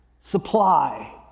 supply